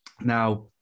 Now